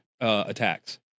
attacks